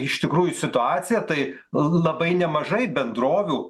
iš tikrųjų į situaciją tai labai nemažai bendrovių